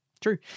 True